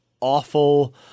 awful